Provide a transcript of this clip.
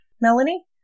Melanie